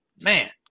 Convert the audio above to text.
man